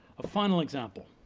a final example,